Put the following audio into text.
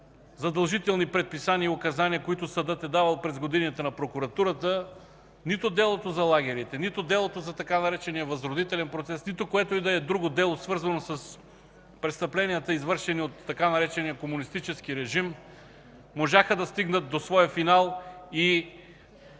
задължителни предписания и указания, които съдът е давал на прокуратурата през годините, нито делото за лагерите, нито делото за така наречения „възродителен процес”, нито което и да е друго дело, свързано с престъпленията, извършени от така наречения „комунистически режим”, можаха да стигнат до своя финал и